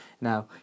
Now